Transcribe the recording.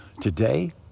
today